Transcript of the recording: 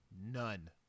none